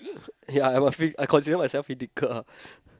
ya I'm a free I consider myself freethinker ah